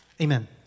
amen